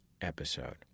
episode